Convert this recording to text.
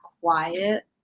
quiet